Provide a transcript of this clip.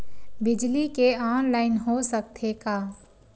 बिजली के ऑनलाइन हो सकथे का?